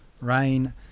rain